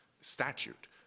statute